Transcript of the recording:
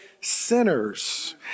sinners